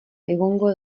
egongo